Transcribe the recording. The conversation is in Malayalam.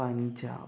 പഞ്ചാബ്